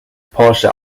porsche